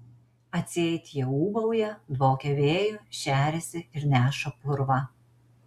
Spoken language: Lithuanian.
atseit jie ūbauja dvokia vėju šeriasi ir neša purvą